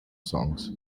songs